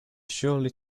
surely